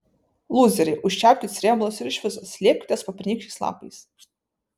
lūzeriai užčiaupkit srėbalus ir iš viso slėpkitės po pernykščiais lapais